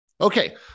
Okay